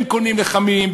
הם קונים לחמים,